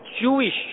jewish